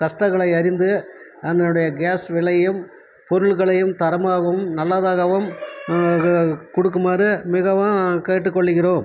கஷ்டங்களை அறிந்து அதனுடைய கேஸ் விலையும் பொருட்களையும் தரமாகவும் நல்லதாகவும் கொடுக்குமாறு மிகவும் கேட்டு கொள்கிறோம்